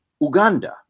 Uganda